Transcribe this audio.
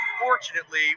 Unfortunately